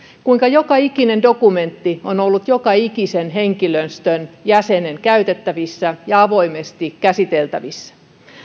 kuinka joka ikinen dokumentti on ollut joka ikisen henkilöstön jäsenen käytettävissä ja avoimesti käsiteltävissä